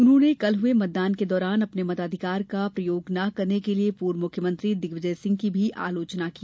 उन्होंने कल हुए मतदान के दौरान अपने मताधिकार का प्रयोग न करने के लिए पूर्व मुख्यमंत्री दिग्विजय सिंह की भी आलोचना की